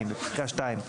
בפסקה (2),